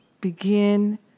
Begin